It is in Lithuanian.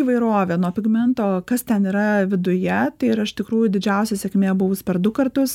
įvairovė nuo pigmento kas ten yra viduje ir iš tikrųjų didžiausia sėkmė buvus per du kartus